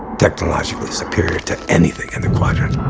technologically superior to anything in the quadrant.